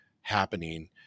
happening